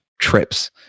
trips